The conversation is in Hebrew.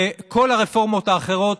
וכל הרפורמות האחרות,